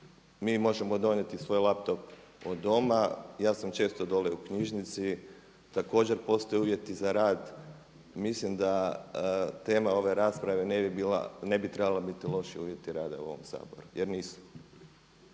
mi možemo donijeti svoj laptop od doma. Ja sam često dole u knjižnici, također postoje uvjeti za rad. Mislim da tema ove rasprave ne bi trebala biti loši uvjeti rada u ovom Saboru jer nisu.